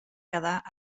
quedar